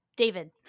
David